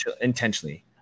intentionally